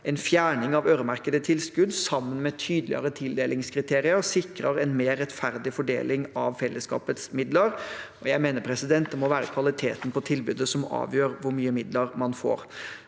En fjerning av øremerkede tilskudd, sammen med tydeligere tildelingskriterier, sikrer en mer rettferdig fordeling av felleskapets midler. Jeg mener at det må være kvaliteten på tilbudet som avgjør hvor mye midler man får.